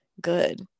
good